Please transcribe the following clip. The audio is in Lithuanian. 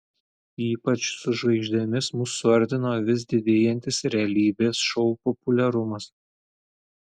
ypač su žvaigždėmis mus suartino vis didėjantis realybės šou populiarumas